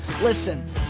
Listen